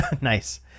Nice